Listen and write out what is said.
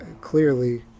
clearly